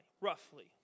roughly